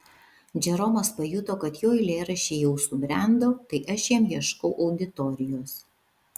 džeromas pajuto kad jo eilėraščiai jau subrendo tai aš jam ieškau auditorijos